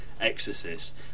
Exorcist